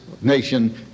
nation